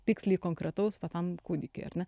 tiksliai konkretaus va tam kūdikiui ar ne